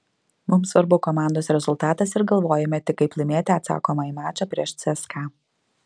mums svarbu komandos rezultatas ir galvojame tik kaip laimėti atsakomąjį mačą prieš cska